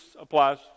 applies